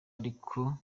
ariko